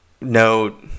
no